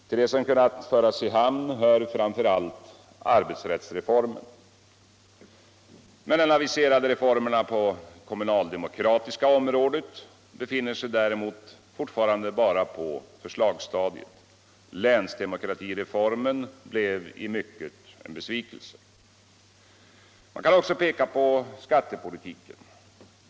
Till det som kunnat föras i hamn hör framför allt arbetsrättsreformen. Men de aviserade reformerna på det kommunaldemokratiska området befinner sig däremot = fortfarande bara på = förslagsstadiet. Länsdemokratireformen blev i mycket en besvikelse. Man kan också peka på skattepolitiken.